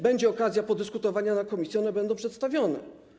Będzie okazja podyskutowania w komisji, one będą tam przedstawione.